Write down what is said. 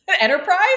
Enterprise